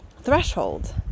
threshold